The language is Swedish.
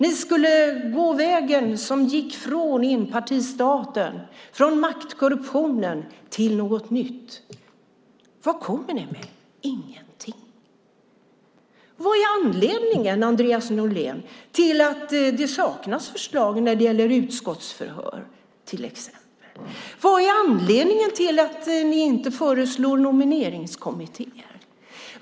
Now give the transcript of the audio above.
Ni skulle gå vägen från enpartistaten och från maktkorruptionen till något nytt. Vad kommer ni med? Ingenting. Vad är anledningen, Andreas Norlén, till att det saknas förslag när det gäller utskottsförhör till exempel? Vad är anledningen till att ni inte föreslår nomineringskommittéer?